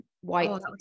white